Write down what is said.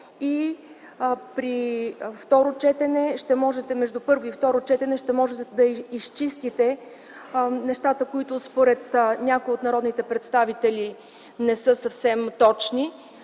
и второ четене да изчистите нещата, които според някои от народните представители не са съвсем точни.